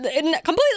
Completely